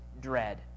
dread